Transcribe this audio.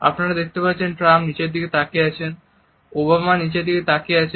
আপনারা দেখতে পাচ্ছেন ট্রাম্প নিচের দিকে তাকিয়ে আছেন এবং ওবামা নিচের দিকে তাকিয়ে আছেন